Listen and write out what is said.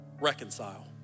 reconcile